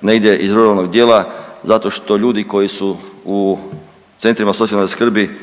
negdje iz ruralnog dijela zato što ljudi koji su u Centrima socijalne skrbi